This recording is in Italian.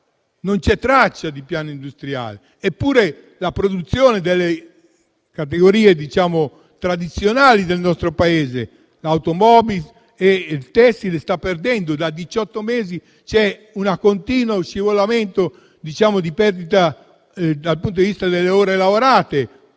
non c'è traccia di piano industriale, eppure la produzione delle categorie tradizionali del nostro Paese - l'*automotive* e il tessile - sta registrando, da diciotto mesi, un continuo scivolamento in perdita dal punto di vista delle ore lavorate.